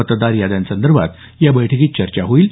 मतदार याद्यांसंदर्भात या बैठकीत चर्चा होईल